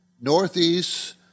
Northeast